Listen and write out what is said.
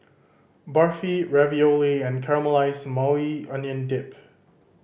Barfi Ravioli and Caramelized Maui Onion Dip